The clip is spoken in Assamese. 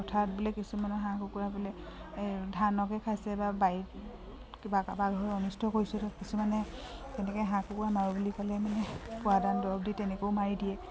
পথাৰত বোলে কিছুমানৰ হাঁহ কুকুৰা বোলে এই ধানকে খাইছে বা বাৰীত কিবা কাৰোবাৰ ঘৰৰ অনিষ্ট কৰিছোঁ কিছুমানে তেনেকৈ হাঁহ কুকুৰা মাৰোঁ বুলি ক'লে মানে ফুৰাদান দৰব দি তেনেকৈও মাৰি দিয়ে